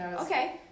okay